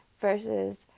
versus